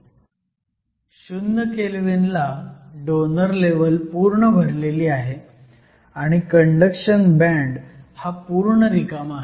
0 kelvin ला donor level पूर्ण भरलेली आहे आणि कंडक्शन बँड हा पूर्ण रिकामा आहे